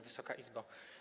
Wysoka Izbo!